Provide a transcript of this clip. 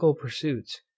pursuits